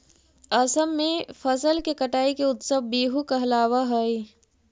असम में फसल के कटाई के उत्सव बीहू कहलावऽ हइ